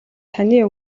таны